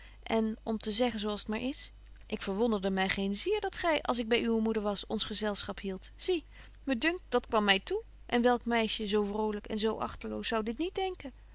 en om te zeggen zo als t maar is ik verwonderde my geen zier dat gy als ik by uwe moeder was ons gezelschap hield zie me dunkt dat kwam my toe en welk meisje zo vrolyk en zo achteloos zou dit niet denken